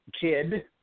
kid